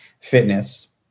fitness